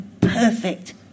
perfect